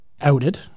outed